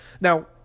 Now